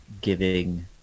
giving